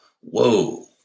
Whoa